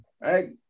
right